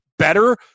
better